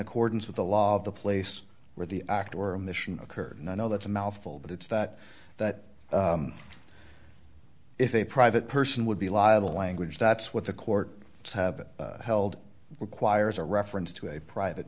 accordance with the law the place where the act or a mission occurred and i know that's a mouthful but it's that that if a private person would be liable a language that's what the court have held requires a reference to a private